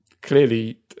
Clearly